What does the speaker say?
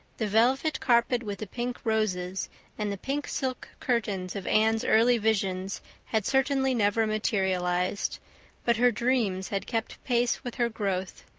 the velvet carpet with the pink roses and the pink silk curtains of anne's early visions had certainly never materialized but her dreams had kept pace with her growth,